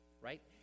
Right